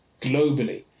globally